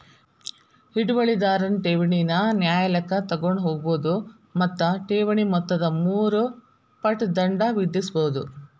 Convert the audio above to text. ಹಿಡುವಳಿದಾರನ್ ಠೇವಣಿನ ನ್ಯಾಯಾಲಯಕ್ಕ ತಗೊಂಡ್ ಹೋಗ್ಬೋದು ಮತ್ತ ಠೇವಣಿ ಮೊತ್ತದ ಮೂರು ಪಟ್ ದಂಡ ವಿಧಿಸ್ಬಹುದು